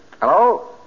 Hello